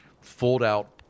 fold-out